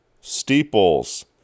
Steeples